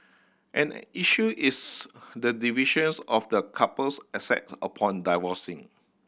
and issue is the divisions of the couple's assets upon divorcing